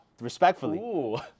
Respectfully